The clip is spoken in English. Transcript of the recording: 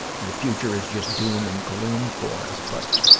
the future is just doom and gloom for us. but,